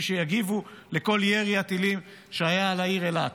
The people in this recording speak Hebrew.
שיגיבו לכל ירי הטילים שהיה על העיר אילת.